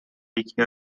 یکی